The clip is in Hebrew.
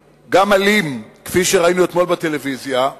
אלים, כפי שראינו אתמול בטלוויזיה,